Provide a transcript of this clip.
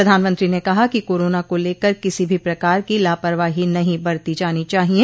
प्रधानमंत्री ने कहा कि कोरोना को लेकर किसी भी प्रकार की लापरवहीी नहीं बरती जानी चाहिये